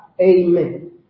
Amen